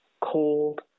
cold